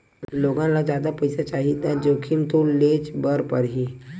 लोगन ल जादा पइसा चाही त जोखिम तो लेयेच बर परही